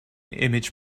image